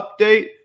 Update